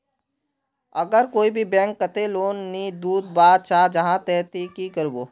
अगर कोई भी बैंक कतेक लोन नी दूध बा चाँ जाहा ते ती की करबो?